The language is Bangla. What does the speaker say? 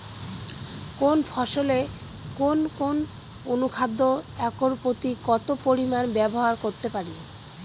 কোন ফসলে কোন কোন অনুখাদ্য একর প্রতি কত পরিমান ব্যবহার করতে পারি?